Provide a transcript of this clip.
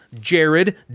Jared